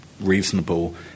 reasonable